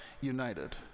united